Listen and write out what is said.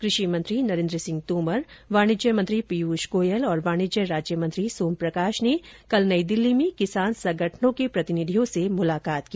कृषि मंत्री नरेन्द्र सिंह तोमर वाणिज्य मंत्री पीयूष गोयल और वाणिज्य राज्य मंत्री सोम प्रकाश ने कल नई दिल्ली में किसान संगठनों के प्रतिनिधियों से मुलाकात की